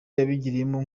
yabigiyemo